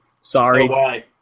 Sorry